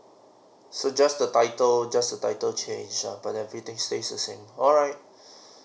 so just the title just the title changed ah but everything stays the same alright